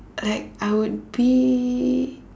like I would be